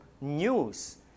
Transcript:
news